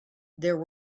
there